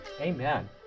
Amen